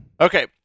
Okay